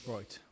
Right